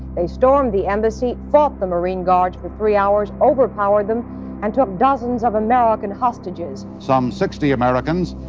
they stormed the embassy, fought the marine guards for three hours, overpowered them and took dozens of american hostages some sixty americans,